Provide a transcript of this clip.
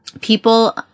people